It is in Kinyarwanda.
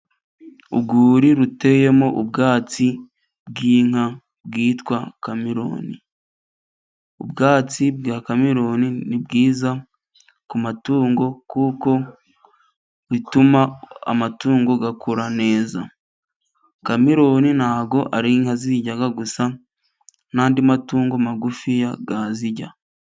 Urwuri ruteyemo ubwatsi bw'inka bwitwa kameroni, ubwatsi bwa kameroni ni bwiza ku matungo kuko ituma amatungo akura neza. Kameroni ntabwo ari inka izirya gusa n'andi matungo magufi yazirya.